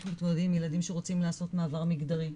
איך מתמודדים עם ילדים שרוצים לעשות מעבר מגדרי,